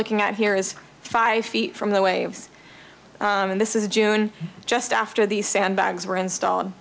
looking at here is five feet from the waves and this is june just after these sandbags were installed